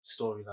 storyline